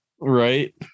right